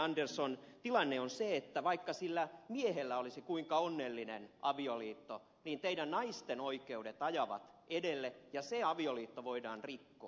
andersson tilanne on se että vaikka sillä miehellä olisi kuinka onnellinen avioliitto niin teidän naisten oikeudet ajavat edelle ja se avioliitto voidaan rikkoa